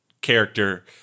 character